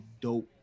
dope